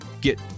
get